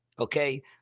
Okay